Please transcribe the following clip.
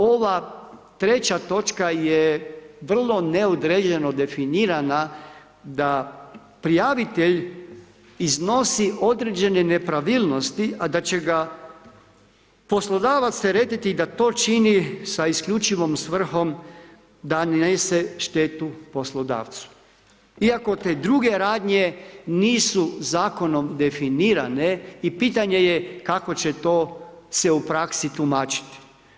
Ova treća točka je vrlo neodređeno definirana da prijavitelj iznosi određene nepravilnosti, a da će ga poslodavac teretiti da to čini sa isključivom svrhom da nanese štetu poslodavcu, iako te druge radnje nisu Zakonom definirane, i pitanje je kako će to se u praksi tumačiti.